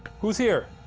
who's here?